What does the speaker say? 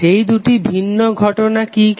সেই দুটি ভিন্ন ঘটনা কি কি